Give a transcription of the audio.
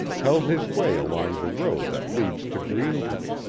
held his way along the road that leads to greenton.